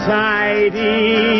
tidy